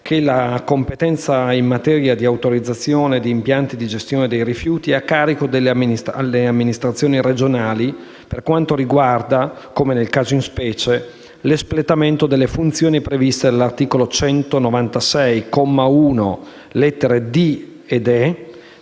che la competenza in materia di autorizzazione di impianti di gestione dei rifiuti è in carico alle amministrazioni regionali per quanto riguarda, come nel caso di specie, l'espletamento delle funzioni previste dall'articolo 196, comma 1,